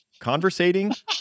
conversating